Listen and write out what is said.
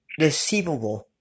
deceivable